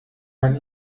man